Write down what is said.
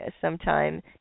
sometime